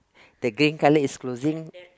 the green colour is closing